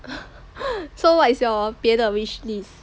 so what is your 别的 wish list